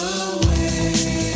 away